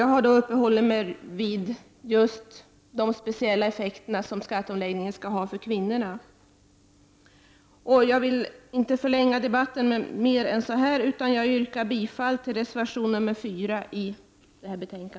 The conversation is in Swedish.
Jag har uppehållit mig vid de speciella effekter som skatteomläggningen har för kvinnorna och jag skall inte förlänga debatten mer än så. Jag yrkar bifall till reservation 4.